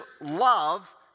love